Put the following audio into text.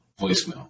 voicemail